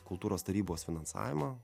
kultūros tarybos finansavimą